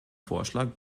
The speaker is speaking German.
vorschlag